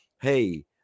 hey